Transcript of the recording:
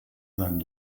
seinen